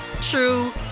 true